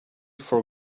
for